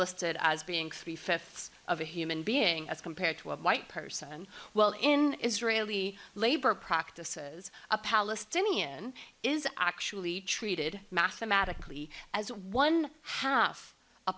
listed as being three fifths of a human being as compared to a white person well in israeli labor practices a palestinian is actually treated mathematically as one half a